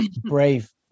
brave